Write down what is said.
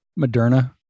moderna